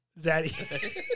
Zaddy